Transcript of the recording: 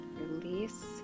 release